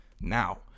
Now